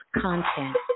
content